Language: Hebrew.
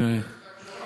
זו התשובה?